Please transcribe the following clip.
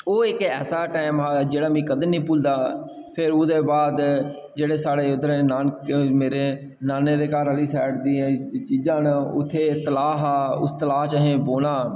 ओह् इक ऐसा टैम हा जेह्ड़ा मिगी कदें निं भुल्लदा फिर उदे बाद जेह्ड़े साढ़े उद्धर मेरे नानकै नाने दे घर आह्ली साईड दी चीजा न उत्थै तलाऽ हा उस तलाऽ पर असें बौह्ना